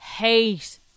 hate